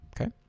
okay